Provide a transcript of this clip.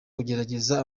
kugerageza